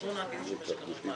התכנון העתידי של משק החשמל.